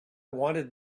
wanted